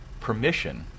permission